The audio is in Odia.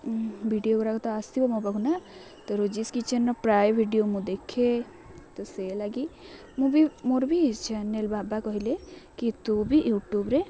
ଭିଡ଼ିଓଗୁଡ଼ାକ ତ ଆସିବ ମୋ ପାଖକୁ ନା ତ ରୋଜିସ୍ କିଚେନ୍ର ପ୍ରାୟ ଭିଡ଼ିଓ ମୁଁ ଦେଖେ ତ ସେ ଲାଗି ମୁଁ ବି ମୋର ବି ଚ୍ୟାନେଲ୍ ବାବା କହିଲେ କି ତୁ ବି ୟୁଟ୍ୟୁବ୍ରେ